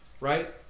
right